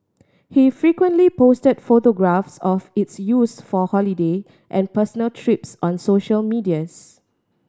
he frequently posted photographs of its use for holiday and personal trips on social medians